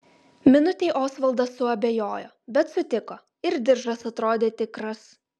minutei osvaldas suabejojo bet sutiko ir diržas atrodė tikras